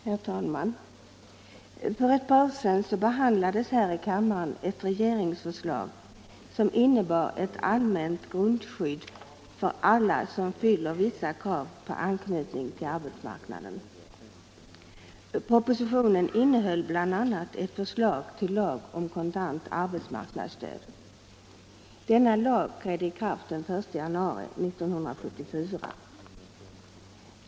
Herr talman! För ett par år sedan behandlades här i kammaren ett — marknadsstöd regeringsförslag som innebar allmänt grundskydd för alla som fyller vissa krav på anknytning till arbetsmarknaden. Propositionen innehöll bl.a. ett förslag till lag om kontant arbetsmarknadsstöd. Denna lag trädde i kraft den 1 januari 1974.